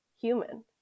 human